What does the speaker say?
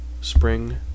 Spring